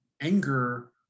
anger